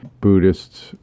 Buddhists